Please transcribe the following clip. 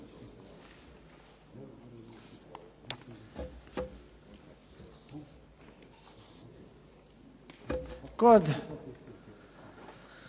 Kod